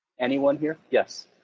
anyone here, yes?